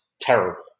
terrible